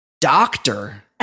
doctor